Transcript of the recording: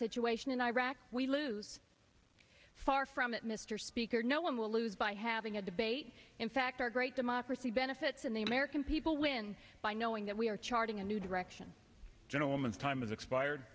situation in iraq we lose far from it mr speaker no one will lose by having a debate in fact our great democracy benefits and the american people win by knowing that we are charting a new direction gentlemen time has expired